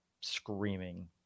screaming